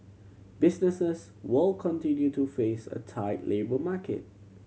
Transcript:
businesses will continue to face a tight labour market